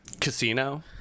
casino